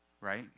right